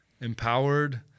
empowered